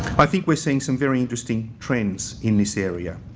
i think we're seeing some very interesting trends in this area.